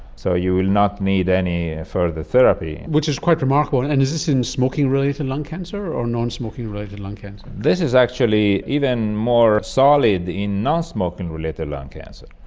so you will not need any further therapy. which is quite remarkable. and and is this in smoking-related lung cancer or non-smoking related lung cancer? this is actually even more solid in non-smoking-related lung cancer.